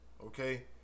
Okay